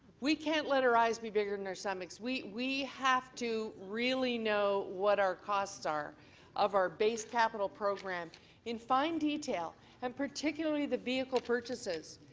we can't let our eyes be bigger than our stomachs. we we have to really know what our costs are of our base capital program in fine detail and particularly the vehicle purchases,